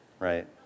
Right